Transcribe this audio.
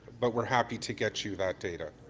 but we're happy to get you that data.